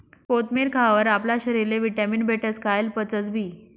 कोथमेर खावावर आपला शरीरले व्हिटॅमीन भेटस, खायेल पचसबी